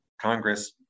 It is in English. Congress